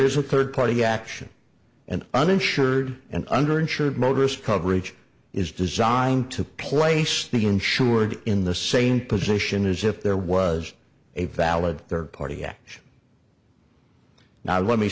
is a third party action and uninsured and under insured motorist coverage is designed to place the insured in the same position as if there was a valid third party action now let me